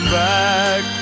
back